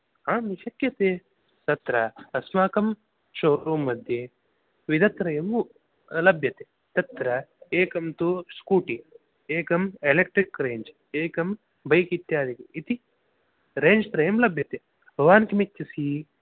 आम् शक्यते तत्र अस्माकं शोरूम् मध्ये विधत्रयम् उ लभ्यते तत्र एकं तु स्कूटि एकम् एलेक्ट्रिक् रेंज् एकं बैक् इत्यादि इति रेंज् त्रयं लभ्यते भवान् किमिच्छसि